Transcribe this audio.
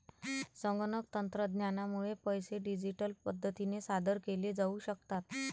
संगणक तंत्रज्ञानामुळे पैसे डिजिटल पद्धतीने सादर केले जाऊ शकतात